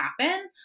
happen